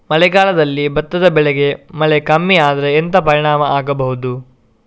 ಮಳೆಗಾಲದಲ್ಲಿ ಭತ್ತದ ಬೆಳೆಗೆ ಮಳೆ ಕಮ್ಮಿ ಆದ್ರೆ ಎಂತ ಪರಿಣಾಮ ಆಗಬಹುದು?